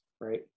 right